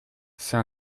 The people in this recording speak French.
c’est